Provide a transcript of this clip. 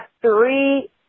three